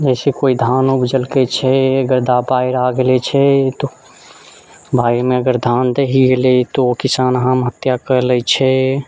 जैसे केओ धान उपजलकै छै अगर दाहड़ि बाढ़ि आ गेलै छै बाढ़िमे अगर धान दहि गेलै तऽ ओ किसान आत्म हत्या कऽ लैत छै